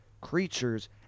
creatures